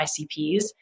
ICPs